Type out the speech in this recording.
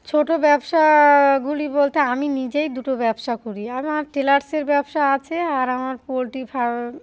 ছোট ব্যবসাগুলি বলতে আমি নিজেই দুটো ব্যবসা করি আমার টেলার্সের ব্যবসা আছে আর আমার পোলট্রি ফার্ম